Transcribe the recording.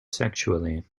sexually